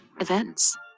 Events